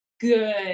good